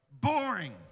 boring